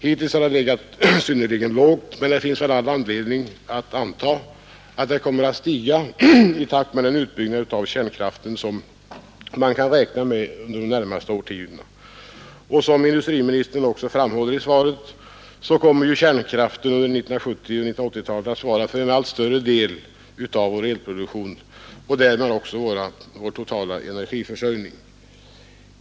Hittills har det legat synnerligen lågt, men det finns all anledning att anta att det kommer att stiga i takt med den utbyggnad av kärnkraften som man kan räkna med under de närmaste årtiondena. Som industriministern också framhållit i svaret kommer kärnkraften under 1970 och 1980-talen att svara för en allt större del av vår elproduktion och därmed också för vår totala energiförsörjning.